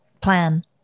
plan